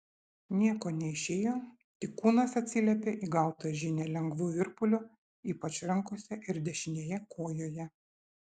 nieko neišėjo tik kūnas atsiliepė į gautą žinią lengvu virpuliu ypač rankose ir dešinėje kojoje